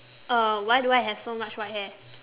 uh why do I have so much white hair